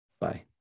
Bye